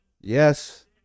yes